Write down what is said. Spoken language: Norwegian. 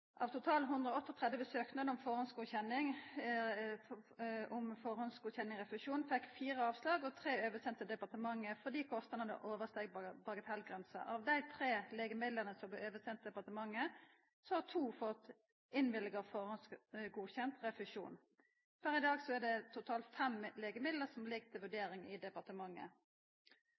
Av totalt 138 søknader om førehandsgodkjenning av refusjon fekk fire avslag og tre blei oversende til departementet fordi kostnadene oversteig bagatellgrensa. Av dei tre legemidla som blei oversende til departementet, har to fått innvilga førehandsgodkjend refusjon. Per i dag er det totalt fem legemiddel som ligg til vurdering i departementet.